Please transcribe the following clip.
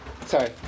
Sorry